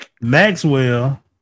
Maxwell